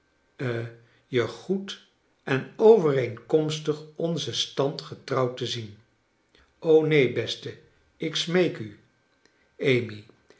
je goed en overeenkomstig onzen stand getrou wd te zien o neen beste ik smeek u amy